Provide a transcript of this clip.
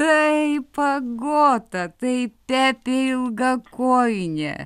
taip agota tai pepė ilgakojinė